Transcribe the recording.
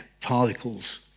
particles